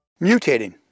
mutating